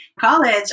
college